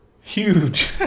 huge